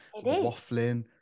waffling